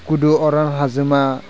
गुदु अरन हाजोमा